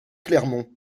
clermont